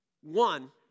One